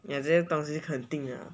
ya 这些东西肯定 lah